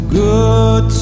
good